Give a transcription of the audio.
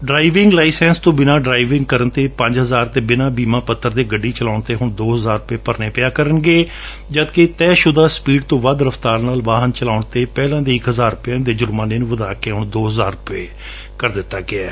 diving licence ਤੋਂ ਬਿਨਾ driving ਕਰਣ ਤੇ ਪੰਜ ਹਜਾਰ ਅਤੇ ਬਿਨਾ ਬੀਮਾ ਪੱਤਰ ਦੇ ਗੱਡੀ ਚਲਾਉਣ ਤੇ ਹੂਣ ਦੋ ਹਜਾਰ ਰੁਪਏ ਭਰਨੇ ਪਿਆ ਕਰਨਗੇ ਜਦਕਿ ਤੈਅ ਸ਼ੁਦਾ ਸਪੀਡ ਤੋ ਵੱਧ ਰਫਤਾਰ ਨਾਲ ਵਾਹਨ ਚਲਾਊਣ ਤੇ ਪਹਲਾਂ ਦੇ ਇੱਕ ਹਜਾਰ ਰੁਪਏ ਦੇ ਜੁਰਮਾਨੇ ਨੂੰ ਵਧਾ ਕੇ ਹੁਣ ਦੋ ਹਜਾਰ ਰੁਪਏ ਕਰ ਦਿੱਤਾ ਗਿਐ